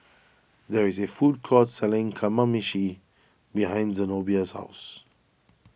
there is a food court selling Kamameshi behind Zenobia's house